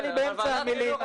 אני